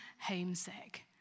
homesick